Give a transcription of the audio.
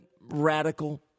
radical